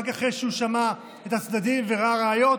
רק אחרי שהוא שמע את הצדדים וראה ראיות,